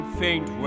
faint